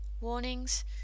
Warnings